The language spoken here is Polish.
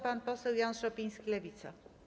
Pan poseł Jan Szopiński, Lewica.